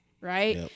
right